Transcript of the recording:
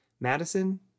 Madison